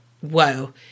whoa